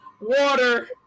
Water